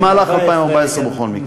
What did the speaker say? במהלך 2014 בכל מקרה.